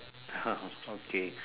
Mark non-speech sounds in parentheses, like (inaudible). ah (laughs) okay